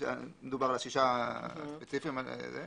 מדובר על השישה הספציפיים האלה,